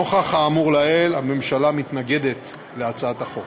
נוכח האמור לעיל, הממשלה מתנגדת להצעת החוק.